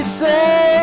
say